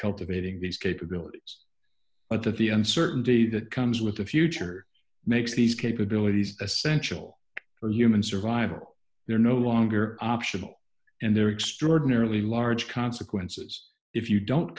cultivating these capabilities but that the uncertainty that comes with the future makes these capabilities essential for human survival they're no longer optional and they're extraordinarily large consequences if you don't